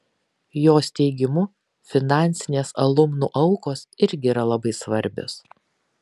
jos teigimu finansinės alumnų aukos irgi yra labai svarbios